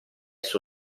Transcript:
suo